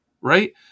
right